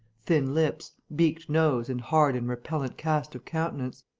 thin lips, beaked nose and hard and repellent cast of countenance.